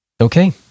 Okay